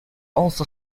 also